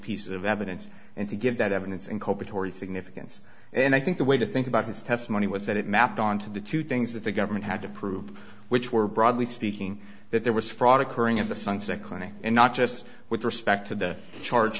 piece of evidence and to give that evidence incompetency significance and i think the way to think about his testimony was that it mapped onto the two things that the government had to prove which were broadly speaking that there was fraud occurring at the fun site clinic and not just with respect to the charge